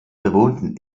bewohnten